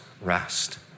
rest